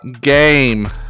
Game